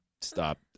stop